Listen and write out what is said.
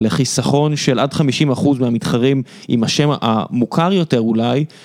לחיסכון של עד 50 אחוז מהמתחרים עם השם המוכר יותר אולי.